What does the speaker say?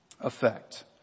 effect